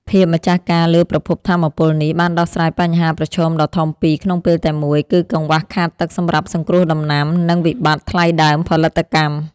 ភាពម្ចាស់ការលើប្រភពថាមពលនេះ បានដោះស្រាយបញ្ហាប្រឈមដ៏ធំពីរក្នុងពេលតែមួយ គឺកង្វះខាតទឹកសម្រាប់សង្គ្រោះដំណាំ និងវិបត្តិថ្លៃដើមផលិតកម្ម។